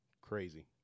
crazy